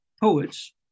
poets